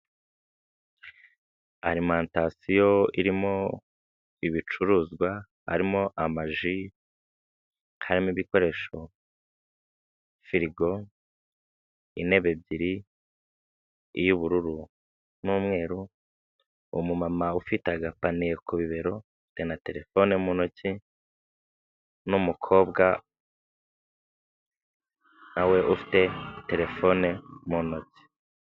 Alimantasiyo irimo ibicuruzwa harimo amaji, harimo ibikoresho firigo intebe ebyiri iy'ubururu n'umweru, umumama ufite agapaniye ku bibero ufite na telefone mu ntoki n'umukobwa nawe ufite telefone mu ntoki.